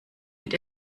mit